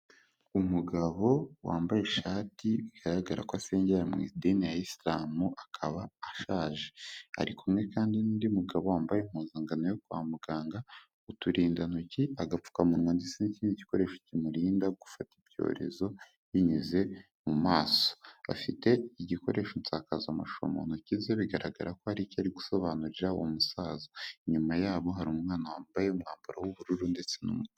Umugabo wambaye ishati bigaragara ko asengera mu idini ya isilamu akaba ashaje, ari kumwe kandi n'undi mugabo wambaye impuzankano yo kwa muganga, uturindantoki, agapfukamu ndetse n'ikindi gikoresho kimurinda gufata ibyorezo binyuze mu maso, afite igikoresho nsakazamashusho mu ntoki ze bigaragara ko ari icyo gusobanurira uwo musaza, inyuma yabo hari umwana wambaye umwambaro w'ubururu ndetse n'umutuku.